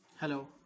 Hello